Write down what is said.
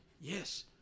yes